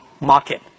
market